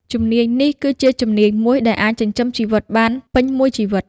ជំនាញនេះគឺជាជំនាញមួយដែលអាចចិញ្ចឹមជីវិតបានពេញមួយជីវិត។